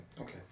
Okay